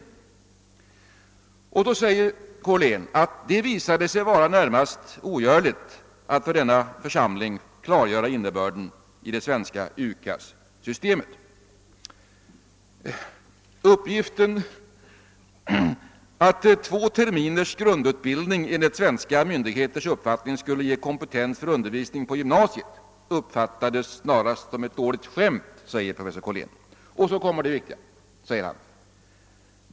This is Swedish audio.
I den rapporten säger Gustav Korlén: »Det visade sig vara närmast ogörligt att för denna församling klargöra innebörden i det svenska UKAS-systemet ———. Uppgiften att två terminers grundutbildning «enligt svenska myndigheters uppfattning skulle ge kompetens för undervisning på gymnasiet uppfattades snarast som ett dåligt skämt.